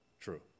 True